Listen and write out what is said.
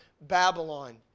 Babylon